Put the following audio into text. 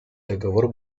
договор